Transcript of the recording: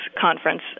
conference